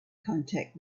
contact